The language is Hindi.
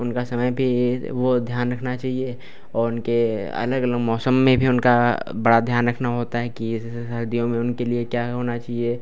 उनका समय पर यह वह ध्यान रखना चाहिए और उनके अलग अलग मौसम में भी उनका बड़ा ध्यान रखना होता है कि सर्दियों में उनके लिए क्या होना चाहिए